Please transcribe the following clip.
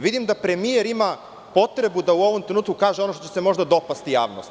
Vidim da premijer ima potrebu da u ovom trenutku kaže ono što će se možda dopasti javnosti.